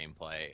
gameplay